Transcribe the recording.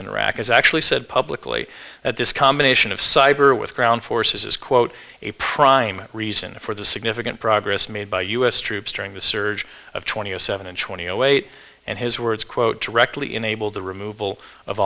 in iraq has actually said publicly that this combination of cyber with ground forces is quote a prime reason for the significant progress made by u s troops during the surge of twenty zero seven and twenty zero eight and his words quote directly enabled the removal of